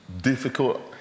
difficult